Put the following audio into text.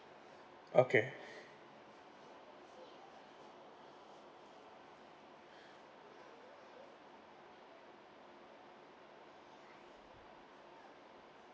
okay